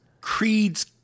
Creed's